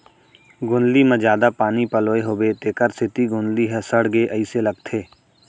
गोंदली म जादा पानी पलोए होबो तेकर सेती गोंदली ह सड़गे अइसे लगथे